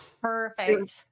perfect